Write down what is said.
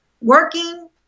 working